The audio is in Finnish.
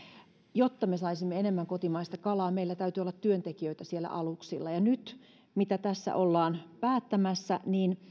jotta me saisimme enemmän kotimaista kalaa meillä täytyy olla työntekijöitä siellä aluksilla mitä tässä nyt ollaan päättämässä